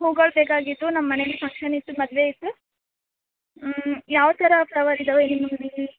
ಹೂಗಳು ಬೇಕಾಗಿತ್ತು ನಮ್ಮ ಮನೇಲ್ಲಿ ಫಂಕ್ಷನ್ ಇತ್ತು ಮದುವೆ ಇತ್ತು ಯಾವ ಥರ ಫ್ಲವರ್ ಇದಾವೆ ನಿಮ್ಮ ಅಂಗಡಿಲಿ